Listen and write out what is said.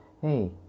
Hey